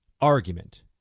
argument